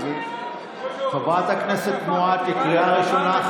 חברת הכנסת מואטי, קריאה ראשונה.